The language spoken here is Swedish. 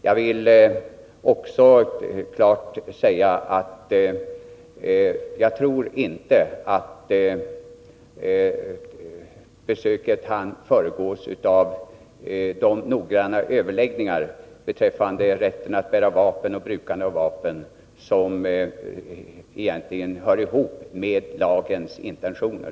Jag vill också klart säga att jag inte tror att besöket hann föregås av de noggranna överläggningar beträffande rätten att bära vapen och brukandet av vapen som egentligen hör ihop med lagens intentioner.